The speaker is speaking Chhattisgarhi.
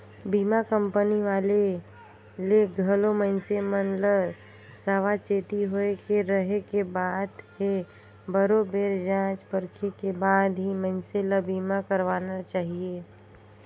बीमा कंपनी वाले ले घलो मइनसे मन ल सावाचेती होय के रहें के बात हे बरोबेर जॉच परखे के बाद ही मइनसे ल बीमा करवाना चाहिये